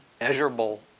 measurable